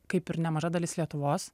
kaip ir nemaža dalis lietuvos